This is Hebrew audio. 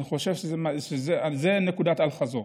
אני חושב שזו נקודת אל-חזור.